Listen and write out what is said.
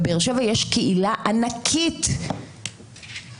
בבאר-שבע יש קהילה ענקית מארגנטינה,